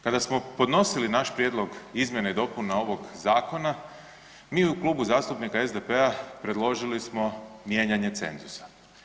Kada smo podnosili naš prijedlog izmjena i dopuna ovog zakona mi u Klubu zastupnika SDP-a predložili smo mijenjanje cenzusa.